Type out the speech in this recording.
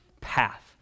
path